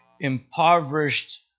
impoverished